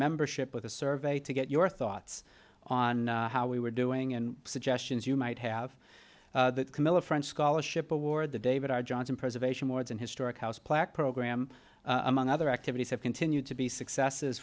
membership with a survey to get your thoughts on how we were doing and suggestions you might have that camilla french scholarship award the david r johnson preservation boards and historic house plaque program among other activities have continued to be successes